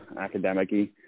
academic-y